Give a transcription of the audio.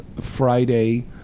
Friday